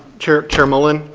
chair chair mullin,